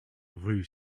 rue